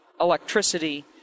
electricity